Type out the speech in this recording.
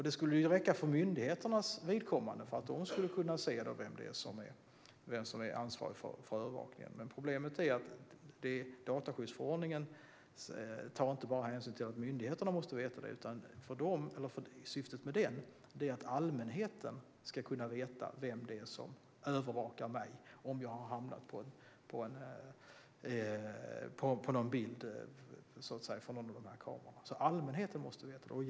Det skulle det göra för myndigheternas vidkommande så att de kan se vem som är ansvarig för övervakningen. Problemet är att dataskyddsförordningen inte bara tar hänsyn till att myndigheterna måste veta detta. Syftet med förordningen är att allmänheten ska kunna veta vem som övervakar om man har hamnat på en bild från någon av dessa kameror. Allmänheten måste alltså veta det.